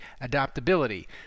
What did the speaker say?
adaptability